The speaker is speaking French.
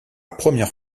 première